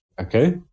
okay